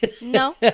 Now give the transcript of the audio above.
No